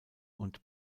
und